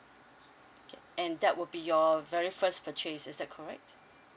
and that will be your very first purchase is that correct